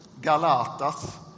Galatas